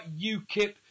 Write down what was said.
UKIP